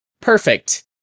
perfect